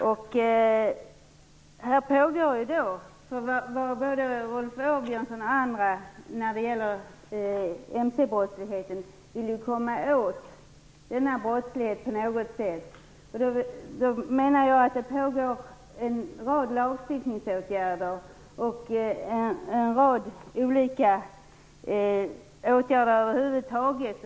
Både Rolf Åbjörnsson och andra vill komma åt mc-brottsligheten på något sätt, och det pågår också en rad lagstiftningsåtgärder och en rad olika åtgärder över huvud taget.